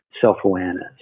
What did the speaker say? self-awareness